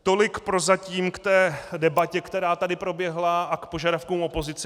Tolik prozatím k debatě, která tady proběhla, a k požadavkům opozice.